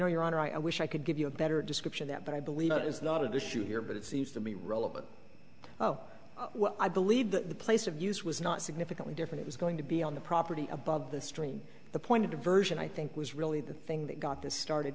know your honor i wish i could give you a better description that but i believe that is not at issue here but it seems to me relevant oh well i believe that the place of use was not significantly different was going to be on the property above the stream the point of the version i think was really the thing that got this started